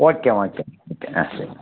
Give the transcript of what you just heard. okay okay ஓகேங்க சரிங்க